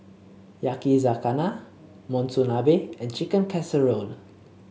Yakizakana Monsunabe and Chicken Casserole